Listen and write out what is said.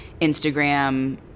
Instagram